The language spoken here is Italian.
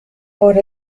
ora